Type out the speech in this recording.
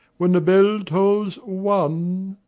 when the bell tolls one.